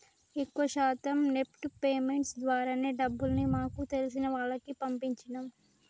ఎక్కువ శాతం NEFT payments ద్వారానే డబ్బుల్ని మాకు తెలిసిన వాళ్లకి పంపించినం